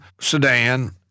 sedan